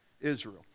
Israel